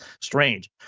Strange